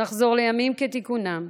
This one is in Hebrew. לחזור לימים כתיקונם,